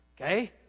okay